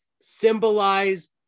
symbolize